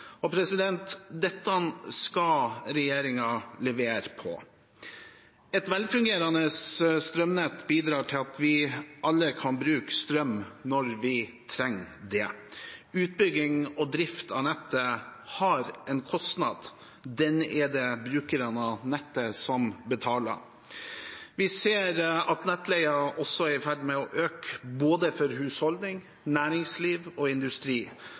Dette skal regjeringen levere på. Et velfungerende strømnett bidrar til at vi alle kan bruke strøm når vi trenger det. Utbygging og drift av nettet har en kostnad. Den er det brukerne av nettet som betaler. Vi ser at nettleien også er i ferd med å øke, for både husholdning, næringsliv og industri.